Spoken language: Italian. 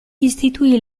istituì